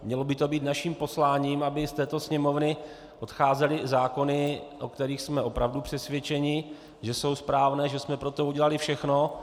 Mělo by to být naším posláním, aby z této Sněmovny odcházely zákony, o kterých jsme opravdu přesvědčeni, že jsou správné, že jsme pro to udělali všechno.